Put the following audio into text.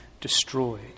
destroyed